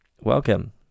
welcome